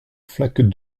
flaque